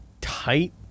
tight